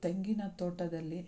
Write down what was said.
ತೆಂಗಿನ ತೋಟದಲ್ಲಿ